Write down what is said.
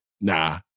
Nah